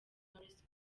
knowless